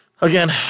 again